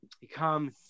become